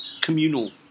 communal